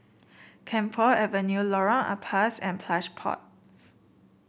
Camphor Avenue Lorong Ampas and Plush Pod